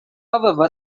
however